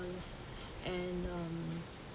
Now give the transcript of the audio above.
and um